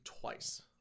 twice